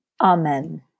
Amen